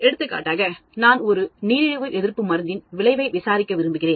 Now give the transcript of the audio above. எடுத்துக்காட்டாக நான் நீரிழிவு எதிர்ப்பு மருந்தின் விளைவை விசாரிக்க விரும்புகிறேன்